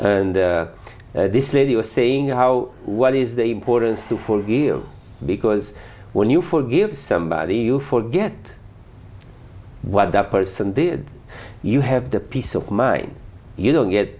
and this lady was saying how what is the importance to forgive you because when you forgive somebody you forget what that person did you have the peace of mind you don't get